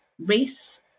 Race